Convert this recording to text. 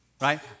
right